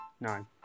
No